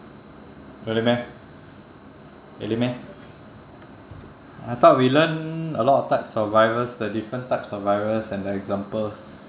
really meh really meh I thought we learn a lot of types of virus the different types of virus and the examples